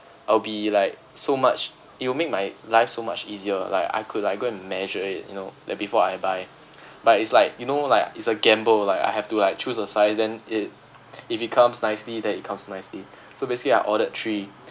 I'll be like so much it'll make my life so much easier like I could like go and measure it you know like before I buy but it's like you know like it's a gamble like I have to like choose a size then it if it comes nicely then it comes nicely so basically I ordered three